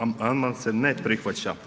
Amandman se ne prihvaća.